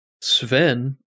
Sven